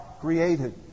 created